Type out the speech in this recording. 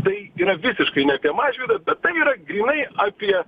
tai yra visiškai ne apie mažvydą bet tai yra grynai apie